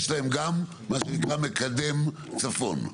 יש להם גם מה שנקרא מקדם צפון.